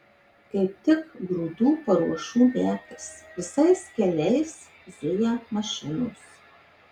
kaip tik grūdų paruošų metas visais keliais zuja mašinos